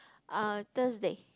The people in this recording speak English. uh Thursday